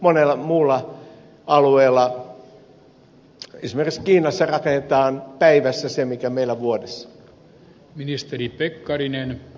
monella muualla alueella esimerkiksi kiinassa rakennetaan päivässä se mikä meillä vuodessa